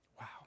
Wow